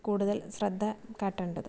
കൂടുതൽ ശ്രദ്ധ കാട്ടേണ്ടത്